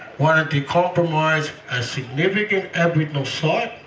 wanted to compromise a significant aboriginal